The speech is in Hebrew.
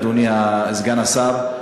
אדוני סגן השר,